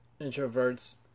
introverts